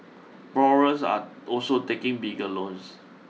borrowers are also taking bigger loans